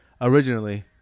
originally